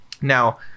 Now